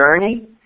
journey